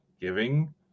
Giving